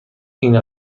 این